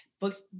books